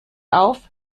auf